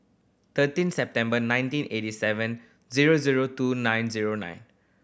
thirteen September nineteen eighty seven zero zero two nine zero nine